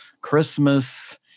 Christmas